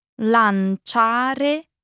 Lanciare